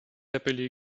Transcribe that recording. appelé